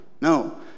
no